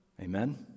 Amen